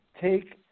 take